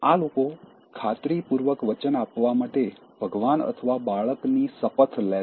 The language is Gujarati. આ લોકો ખાતરીપૂર્વક વચન આપવા માટે ભગવાન અથવા બાળકની શપથ લેશે